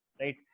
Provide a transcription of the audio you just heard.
Right